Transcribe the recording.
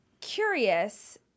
curious